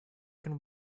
can